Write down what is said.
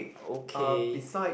okay